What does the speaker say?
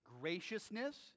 graciousness